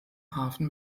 hafen